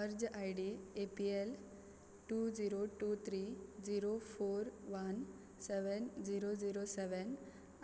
अर्ज I D A P L two zero two three zero four one seven zero zero seven